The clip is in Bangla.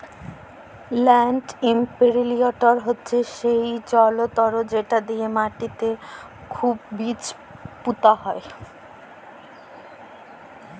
ল্যাল্ড ইমপিরিলটর হছে সেই জলতর্ যেট দিঁয়ে মাটিতে খুবই বীজ পুঁতা হয়